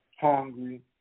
hungry